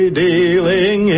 dealing